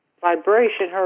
vibration